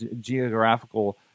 geographical